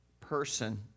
person